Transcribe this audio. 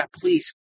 please